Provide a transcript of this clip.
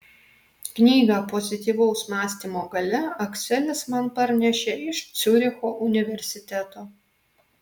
knygą pozityvaus mąstymo galia akselis man parnešė iš ciuricho universiteto